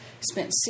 spent